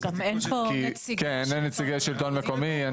אין נציגי שלטון מקומי.